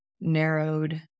narrowed